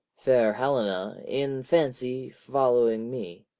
fair helena in fancy following me.